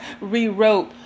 rewrote